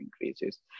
increases